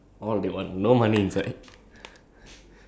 cause like no point with it like no money inside